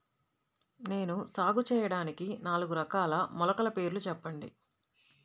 నేను సాగు చేయటానికి నాలుగు రకాల మొలకల పేర్లు చెప్పండి?